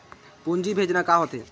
पूंजी भेजना का होथे?